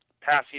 passing